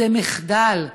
זה מחדל.